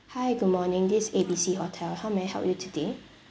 hi good morning this is A B C hotel how may I help you today